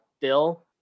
dill